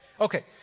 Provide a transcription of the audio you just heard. okay